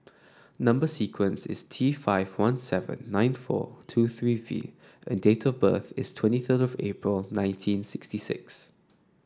number sequence is T five one seven nine four two three V and date of birth is twenty third of April of nineteen sixty six